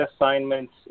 assignments